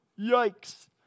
Yikes